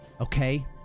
okay